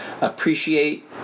Appreciate